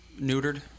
neutered